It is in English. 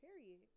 period